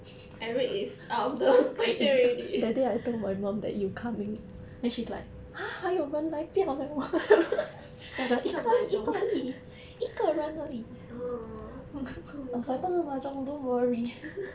eric is out of the question already orh oh my god